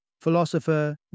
Philosopher